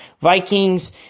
Vikings